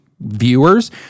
viewers